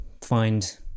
find